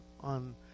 on